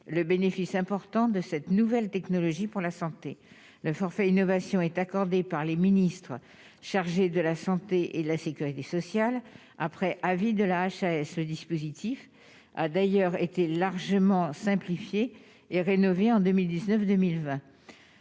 le bénéfice important de cette nouvelle technologie pour la santé, le forfait innovation est accordée par les ministres chargés de la santé et la sécurité sociale, après avis de la HAS, ce dispositif a d'ailleurs été largement simplifié et rénové en 2019, 2020